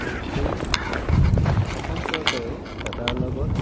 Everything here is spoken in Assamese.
আৰু সেই অসম চৰকাৰেও ডাটাৰ লগত